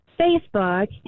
Facebook